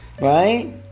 right